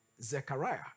Zechariah